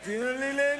של תקציב של שנתיים?